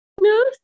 No